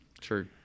True